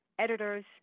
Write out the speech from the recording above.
editors